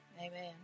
Amen